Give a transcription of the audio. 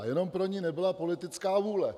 Jenom pro ni nebyla politická vůle.